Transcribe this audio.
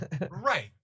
Right